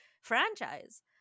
franchise